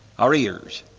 our ears,